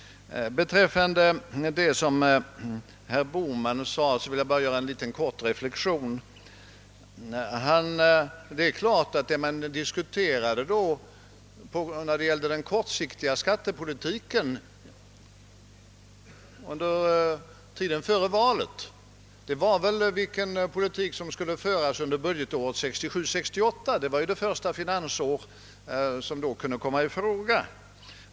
I anledning av herr Bohmans senaste inlägg vill jag endast göra en liten reflexion. Det som under tiden före valet diskuterades när det gällde den kortsiktiga skattepolitiken var närmast vilken politik som skulle föras under budgetåret 1967/68, alltså det första finansår som kunde komma i fråga.